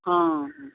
ହଁ